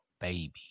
baby